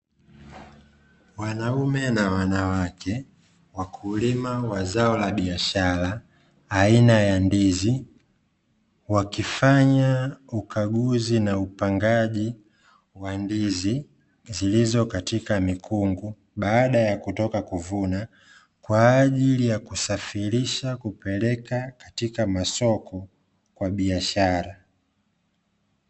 Wanaume na wanawake wakulima wa zao la biashara aina ya ndizi wakifanya ukaguzi na upangaji wa ndizi zilizo katika mikungu, baada ya kutoka kuvuna kwa ajili ya kusafirisha kupeleka katika masoko kwa biashara.